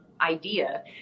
idea